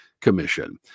Commission